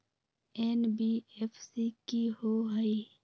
NBFC कि होअ हई?